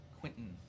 Quentin